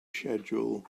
schedule